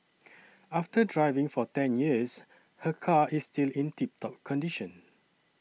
after driving for ten years her car is still in tip top condition